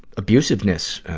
abusiveness.